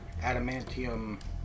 adamantium